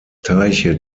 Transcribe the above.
teiche